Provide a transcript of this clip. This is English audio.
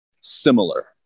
similar